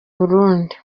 burundi